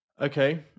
okay